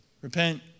repent